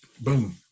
Boom